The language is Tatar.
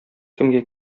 кемгә